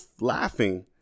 laughing